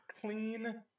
clean